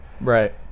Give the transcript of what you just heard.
Right